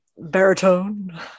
baritone